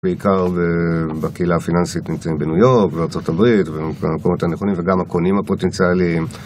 בעיקר בקהילה הפיננסית נמצאים בניו יורק, בארה״ב, במקומות הנכונים וגם הקונים הפוטנציאליים.